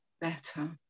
better